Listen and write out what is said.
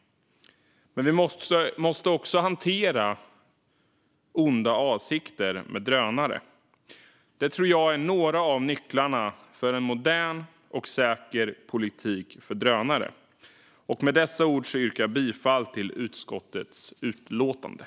Men vi måste också hantera onda avsikter med drönare. Detta tror jag är några av nycklarna för en modern och säker politik för drönare. Med dessa ord yrkar jag bifall till utskottets förslag i utlåtandet.